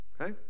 Okay